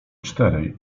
czterej